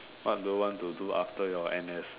what do you want to do after your N_S